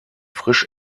frisch